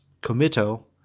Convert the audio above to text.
Comito